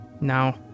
No